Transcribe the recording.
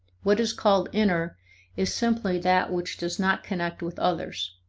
what is called inner is simply that which does not connect with others